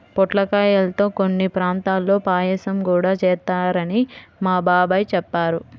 పొట్లకాయల్తో కొన్ని ప్రాంతాల్లో పాయసం గూడా చేత్తారని మా బాబాయ్ చెప్పాడు